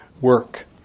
work